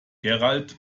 gerald